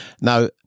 Now